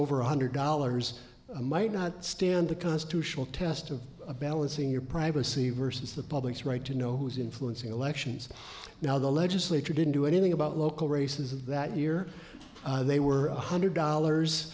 over one hundred dollars might not stand the cost to szell test of balancing your privacy versus the public's right to know who's influencing elections now the legislature didn't do anything about local races that year they were one hundred dollars